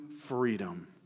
freedom